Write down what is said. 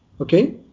okay